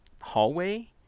hallway